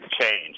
change